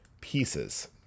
pieces